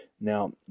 Now